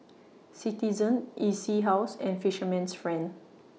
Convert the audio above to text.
Citizen E C House and Fisherman's Friend